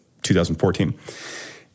2014